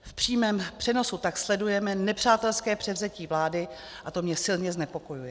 V přímém přenosu tak sledujeme nepřátelské převzetí vlády a to mě silně znepokojuje.